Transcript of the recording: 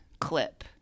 clip